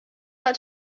out